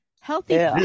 Healthy